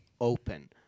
open